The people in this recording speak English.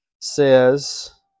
says